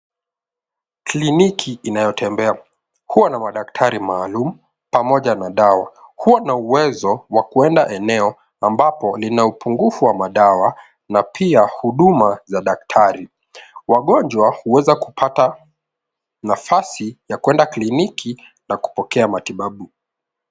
Kliniki inayotembea .Huwa na madaktari maalum pamoja na dawa. Huwa na uwezo wa kuenda eneo ambapo ni la upungufu wa madawa na pia huduma za daktari. Wagonjwa huweza kupata nafasi ya kwenda kliniki na kupokea matibabu.